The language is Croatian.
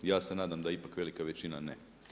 Ja se nadam da ipak velika većina ne.